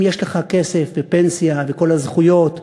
אם יש לך כסף בפנסיה וכל הזכויות,